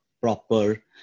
proper